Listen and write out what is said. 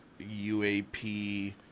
UAP